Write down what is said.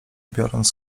biorąc